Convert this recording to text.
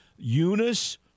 Eunice